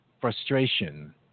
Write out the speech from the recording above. frustration